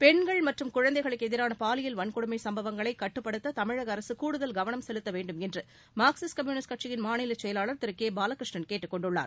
பெண்கள் மற்றும் குழந்தைகளுக்கு எதிரான பாலியல் வன்கொடுமை சம்பவங்களைக் கட்டுப்படுத்த தமிழக அரசு கூடுதல் கவனம் செலுத்த வேண்டுமென்று மார்க்சிஸ்ட் கம்யூனிஸ்ட் கட்சியின் மாநிலச் செயலாளர் திரு கே பாலகிருஷ்ணன் கேட்டுக் கொண்டுள்ளார்